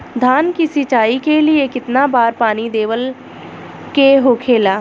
धान की सिंचाई के लिए कितना बार पानी देवल के होखेला?